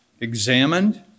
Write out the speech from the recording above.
examined